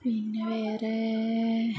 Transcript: പിന്നെ വേറേ